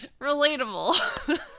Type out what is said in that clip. relatable